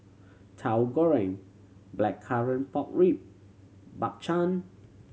Tauhu Goreng blackcurrant pork rib Bak Chang